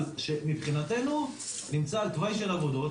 שמבחינתנו נמצא על תוואי של עבודות,